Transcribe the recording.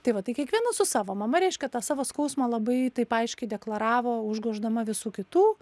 tai va tai kiekvienas su savo mama reiškia tą savo skausmą labai taip aiškiai deklaravo užgoždama visų kitų